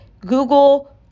Google